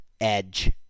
edge